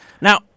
Now